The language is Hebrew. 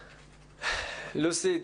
לוסי,